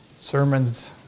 sermons